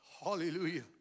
Hallelujah